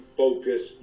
focus